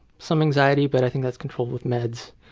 some anxiety, but i think that's controlled with meds.